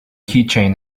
keychain